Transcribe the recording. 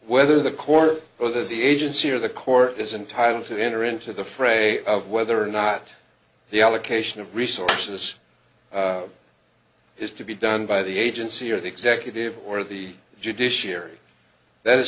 whether the court or the agency or the court is entitle to enter into the fray of whether or not the allocation of resources has to be done by the agency or the executive or the judiciary that is